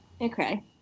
okay